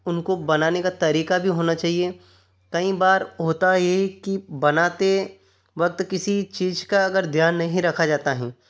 उनको बनाने का तरीक़ा भी होना चाहिए कई बार होता ये है कि बनाते बक़्त किसी चीज़ का अगर ध्यान नहीं रखा जाता है